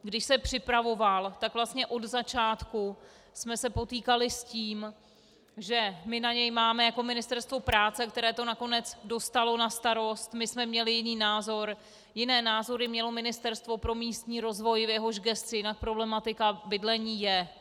Když se připravoval, tak vlastně od začátku jsme se potýkali s tím, že na něj máme jako Ministerstvo práce, které to nakonec dostalo na starost, my jsme měli jiný názor, jiné názory mělo Ministerstvo pro místní rozvoj, v jehož gesci problematika bydlení je.